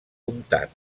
comtat